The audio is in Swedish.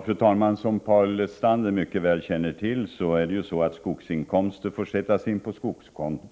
Fru talman! Som Paul Lestander mycket väl känner till får skogsinkomster sättas in på skogskonto.